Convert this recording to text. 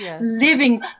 living